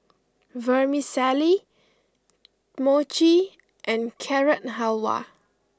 Vermicelli Mochi and Carrot Halwa